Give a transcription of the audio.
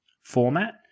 format